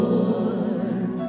Lord